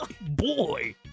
Boy